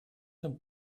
dem